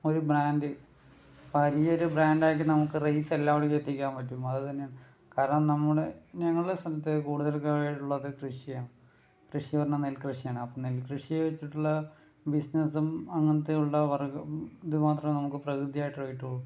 ഒരു ബ്രാൻഡ് ഇപ്പോൾ അരിയെ ഒരു ബ്രാൻഡ് ആക്കി നമുക്ക് റൈസ് എല്ലാവിടേക്കും എത്തിക്കാൻ പറ്റും അതുതന്നെയാണ് കാരണം നമ്മുടെ ഞങ്ങളുടെ സ്ഥലത്ത് കൂടുതലൊക്കെയുള്ളത് കൃഷിയാണ് കൃഷി പറഞ്ഞാൽ നെൽ കൃഷിയാണ് അപ്പോൾ നെൽകൃഷി വെച്ചിട്ടുള്ള ബിസിനസും അങ്ങനത്തെയുള്ള വർഗ്ഗ ഇത് മാത്രം നമുക്ക് പ്രകൃതി ആയിട്ടുകിട്ടുകയുളളൂ